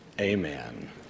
Amen